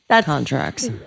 Contracts